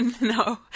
No